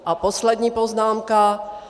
A poslední poznámka.